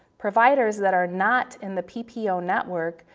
providers that are not in the ppo ppo network,